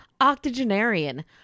Octogenarian